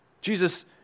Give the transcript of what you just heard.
Jesus